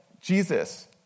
Jesus